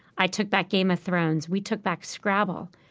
i took back game of thrones. we took back scrabble.